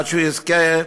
עד שיזכה,